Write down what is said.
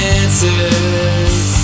answers